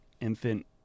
infant